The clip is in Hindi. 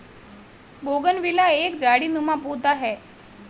बोगनविला एक झाड़ीनुमा पौधा है